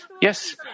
Yes